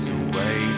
away